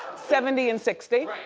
seventy and sixty.